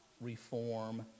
reform